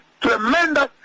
tremendous